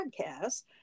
podcast